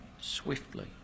swiftly